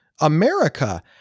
America